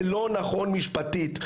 זה לא נכון משפטית,